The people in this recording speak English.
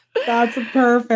that's a bird.